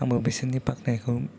आंबो बेसोरनि बाख्नायखौ